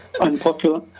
unpopular